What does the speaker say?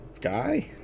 guy